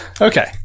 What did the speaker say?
Okay